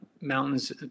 mountains